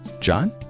John